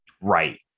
Right